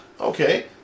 Okay